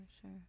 sure